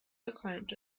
verqualmt